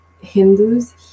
Hindus